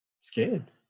scared